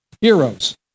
Heroes